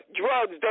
drugs